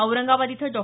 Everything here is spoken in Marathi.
औरंगाबाद इथं डॉ